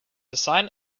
design